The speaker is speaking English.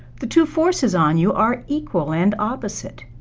the two forces on you are equal and opposite.